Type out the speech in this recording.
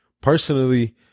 personally